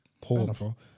Paul